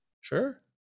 sure